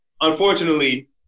unfortunately